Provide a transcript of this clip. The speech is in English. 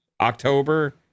October